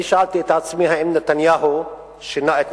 אני שאלתי את עצמי, האם נתניהו שינה את